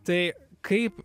tai kaip